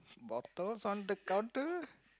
bottles on the counter